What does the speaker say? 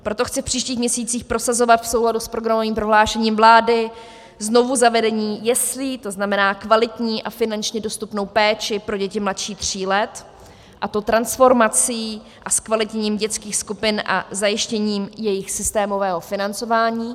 Proto chci v příštích měsících prosazovat v souladu s programovým prohlášením vlády znovuzavedení jeslí, to znamená kvalitní a finančně dostupnou péči pro děti mladší tří let, a to transformací a zkvalitněním dětských skupin a zajištěním jejich systémového financování.